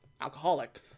alcoholic